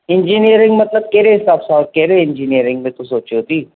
engineering मतिलब कहिड़े हिसाब सां कहिड़े इंजीनियरिंग में तूं सोचियो थी